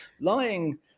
lying